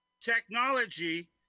technology